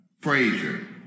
Frazier